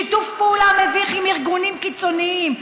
שיתוף פעולה מביך עם ארגונים קיצוניים,